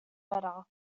better